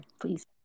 Please